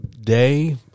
day